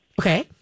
Okay